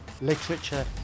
Literature